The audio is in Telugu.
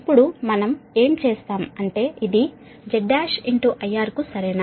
ఇప్పుడు మనం ఏమి చేస్తాం అంటే ఇది Z1 IR కు సరేనా